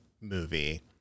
movie